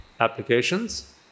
applications